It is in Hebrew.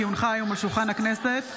כי הונחה היום על שולחן הכנסת,